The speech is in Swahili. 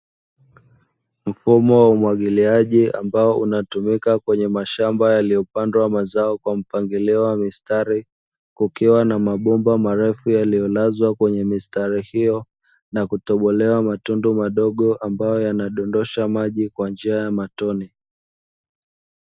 Mfumo wa umwagiliaji ambao unatumika kwenye mashamba yaliyopandwa mazao kwa mpangilio wa mistari, kukiwa na mabomba marefu yaliyolazwa kwenye mistari hiyo na kutobolewa matundu madogo ambayo yanayodondosha maji kwa njia ya matone.